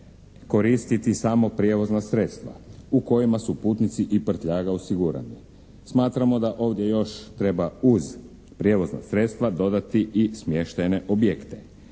koristiti samo prijevozna sredstva u kojima su putnici i prtljaga osigurani. Smatramo da ovdje još treba uz prijevozna sredstva dodati i smještajne objekte.